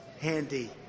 handy